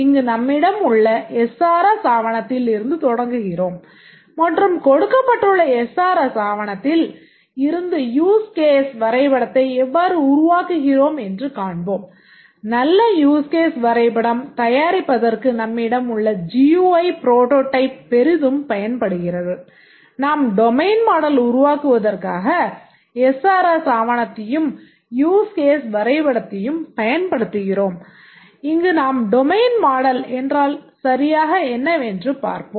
இங்கு நம்மிடம் உள்ள எஸ்ஆர்எஸ் என்றால் சரியாக என்னவென்று பார்ப்போம்